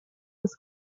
des